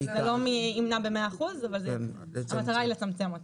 זה לא ימנע ב-100%, אבל המטרה לצמצם אותה.